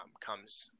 comes